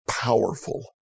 Powerful